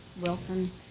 Wilson